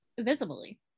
visibly